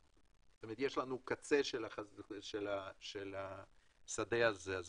2011. יש לנו קצה של השדה הזה כך